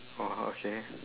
orh okay